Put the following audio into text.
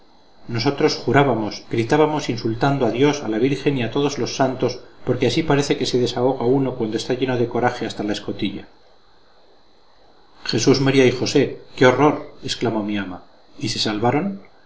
nosotros jurábamos gritábamos insultando a dios a la virgen y a todos los santos porque así parece que se desahoga uno cuando está lleno de coraje hasta la escotilla jesús maría y josé qué horror exclamó mi ama y se salvaron